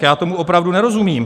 Já tomu opravdu nerozumím.